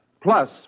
plus